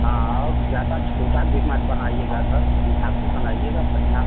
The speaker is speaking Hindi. हाँ और ज़्यादा छोटा भी मत बनाइएगा सर हिसाब से बनाइएगा बढ़िया